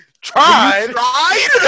Tried